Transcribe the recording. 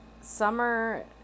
summer